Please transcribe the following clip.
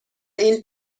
این